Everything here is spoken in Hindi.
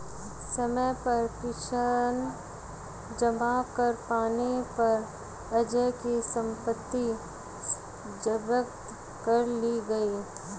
समय पर किश्त न जमा कर पाने पर अजय की सम्पत्ति जब्त कर ली गई